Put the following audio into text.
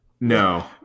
No